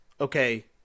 okay